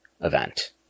event